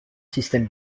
système